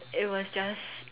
it was just